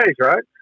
right